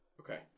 Okay